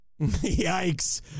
Yikes